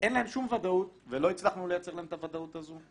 אין להם שום ודאות ולא הצלחנו לייצר להם את הוודאות הזאת,